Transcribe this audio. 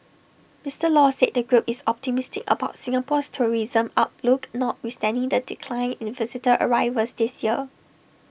Mister law said the group is optimistic about Singapore's tourism outlook notwithstanding the decline in visitor arrivals this year